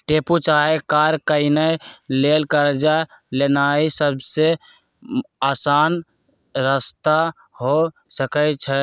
tempo चाहे car किनै लेल कर्जा लेनाइ सबसे अशान रस्ता हो सकइ छै